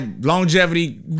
longevity